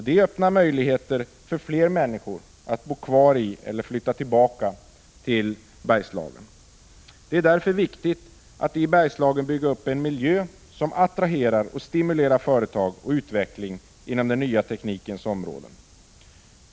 Det öppnar möjligheter för fler människor att bo kvar i eller flytta tillbaka till Bergslagen. Det är därför viktigt att det i Bergslagen byggs upp en miljö som attraherar och stimulerar företag och utveckling inom den nya teknikens områden.